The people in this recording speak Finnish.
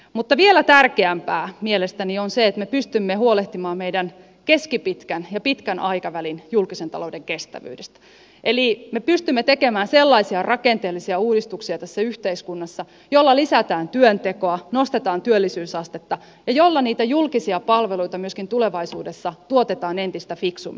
mutta vielä tärkeämpää mielestäni on se että me pystymme huolehtimaan meidän keskipitkän ja pitkän aikavälin julkisen talouden kestävyydestä eli me pystymme tekemään sellaisia rakenteellisia uudistuksia tässä yhteiskunnassa joilla lisätään työntekoa nostetaan työllisyysastetta ja joilla niitä julkisia palveluita myöskin tulevaisuudessa tuotetaan entistä fiksummin